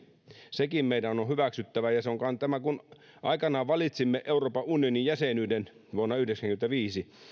sekin meidän on on hyväksyttävä kun aikanaan valitsimme euroopan unionin jäsenyyden vuonna yhdeksänkymmentäviisi